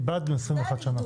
איבדנו 21 שנה.